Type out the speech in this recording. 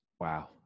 Wow